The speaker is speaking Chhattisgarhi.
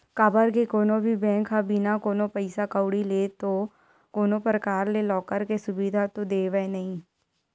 काबर के कोनो भी बेंक ह बिना कोनो पइसा कउड़ी ले तो कोनो परकार ले लॉकर के सुबिधा तो देवय नइ